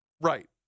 right